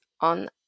on